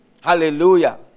Hallelujah